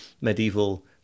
medieval